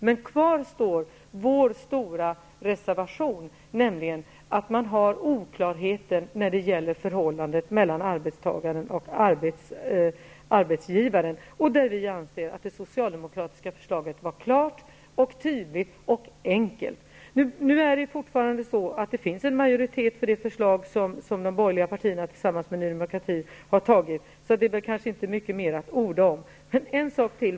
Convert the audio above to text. Men kvar står vår viktiga reservation, nämligen de oklarheter som finns när det gäller förhållandet mellan arbetstagaren och arbetsgivaren. På den punkten anser vi att det socialdemokratiska förslaget var klart, tydligt och enkelt. Nu finns det ju fortfarande en majoritet för det förslag som de borgerliga partierna tillsammans med Ny demokrati har avtagit, så det är kanske inte mycket mer att orda om.